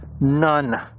None